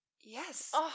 yes